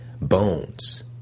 bones